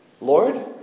Lord